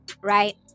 right